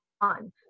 on